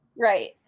right